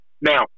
Now